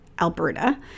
Alberta